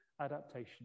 adaptation